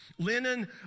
Linen